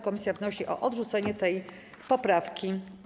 Komisja wnosi o odrzucenie tej poprawki.